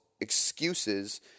excuses